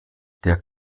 der